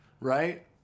right